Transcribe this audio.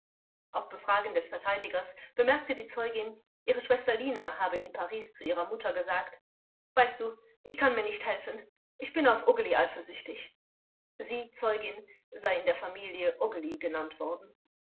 auf befragen des verteidigers bemerkte die zeugin ihre schwester lina habe in paris zu ihrer mutter gesagt weißt du ich kann mir nicht helfen ich bin auf ogeli eifersüchtig sie zeugin sei in der familie ogeli genannt worden